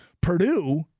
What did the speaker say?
purdue